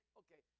okay